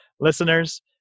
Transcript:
listeners